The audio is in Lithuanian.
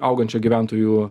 augančio gyventojų